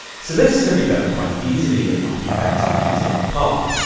so this can be done quite easily in after effects using a path.